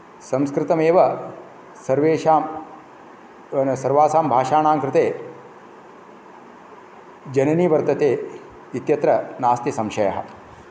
संस्कृतमेव सर्वेषां सर्वासां भाषाणां कृते जननी वर्तते इत्यत्र नास्ति संशयः